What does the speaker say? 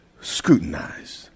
scrutinized